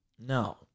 No